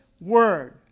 word